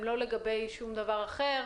הם לא לגבי שום דבר אחר.